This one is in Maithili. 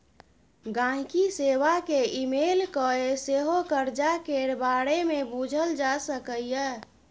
गांहिकी सेबा केँ इमेल कए सेहो करजा केर बारे मे बुझल जा सकैए